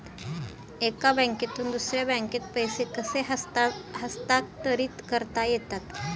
एका बँकेतून दुसऱ्या बँकेत पैसे कसे हस्तांतरित करता येतात?